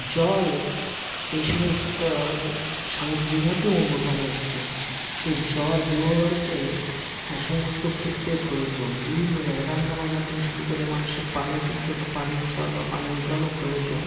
জল এই সমস্ত সামগ্রীর মধ্যে অন্যতম একটি এই জল বিবাহবাড়িতে সমস্ত ক্ষেত্রে প্রয়োজন বিভিন্ন জায়গা রান্নাবান্না থেকে শুরু করে মানুষের পানের জন্য পানের জল বা পানীয় জলও প্রয়োজন